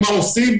מה עושים?